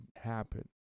happen